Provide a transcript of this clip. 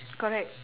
correct